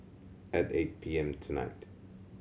at eight P M tonight